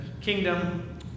kingdom